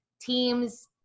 teams